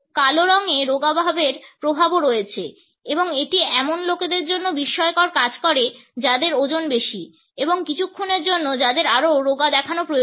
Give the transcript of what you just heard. কালো রঙে রোগাভাবের প্রভাবও রয়েছে এবং এটি এমন লোকদের জন্য বিস্ময়কর কাজ করে যাদের ওজন বেশি এবং কিছুক্ষনের জন্য যাদের আরও রোগা দেখানো প্রয়োজন